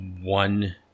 one